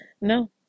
no